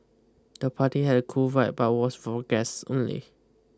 the party had a cool vibe but was for guests only